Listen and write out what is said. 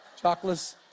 Chocolates